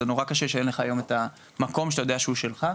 זה נורא קשה שאין לך היום את המקום הזה שאתה יודע שהוא שלך.